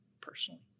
personally